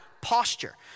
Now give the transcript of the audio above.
posture